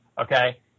okay